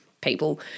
people